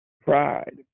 pride